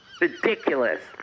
Ridiculous